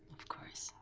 of course.